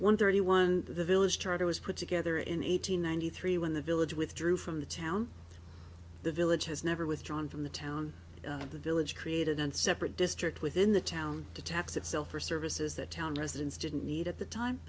one thirty one the village charter was put together in one thousand nine hundred three when the village withdrew from the town the village has never withdrawn from the town of the village created and separate district within the town to tax itself for services the town residents didn't need at the time